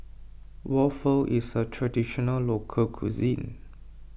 Waffle is a Traditional Local Cuisine